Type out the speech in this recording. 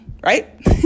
right